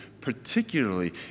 particularly